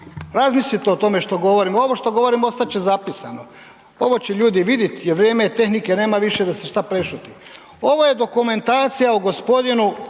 Razmislite o tome što govorim, ovo što govorim ostat će zapisano. Ovo će ljudi vidjeti jer vrijeme je tehnike, nema više da se što prešuti. Ovo je dokumentacija o g.